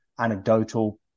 anecdotal